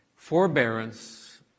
Forbearance